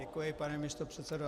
Děkuji, pane místopředsedo.